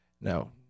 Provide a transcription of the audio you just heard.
No